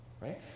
Right